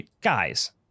Guys